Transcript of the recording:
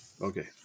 Okay